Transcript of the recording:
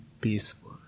peaceful